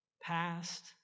past